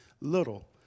little